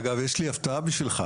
אגב, יש לי הפתעה בשבילך.